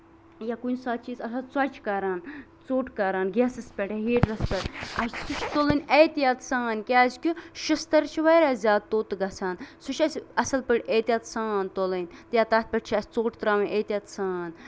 یا کُنہِ ساتہٕ چھِ أسۍ آسان ژۄچہِ کران ژوٚٹ کران گیسَس پٮ۪ٹھ یا ہیٹرَس پٮ۪ٹھ اَسہِ چھِ تُلٕنۍ احتِیاط سان کیازِکہِ شیشتٔر چھُ واریاہ زیادٕ توٚت گژھان سُہ چھُ اَسہِ اَصٕل پٲٹھۍ احتِیاط سان تُلٕنۍ یا تَتھ پٮ۪ٹھ چھِ اَسہِ ژوٚٹ تراوٕنۍ احتِیاط سان